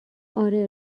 آره